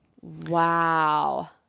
Wow